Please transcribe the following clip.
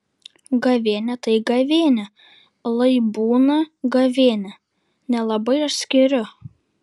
gavėnia tai gavėnia lai būna gavėnia nelabai aš skiriu